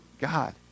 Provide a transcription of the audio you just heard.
God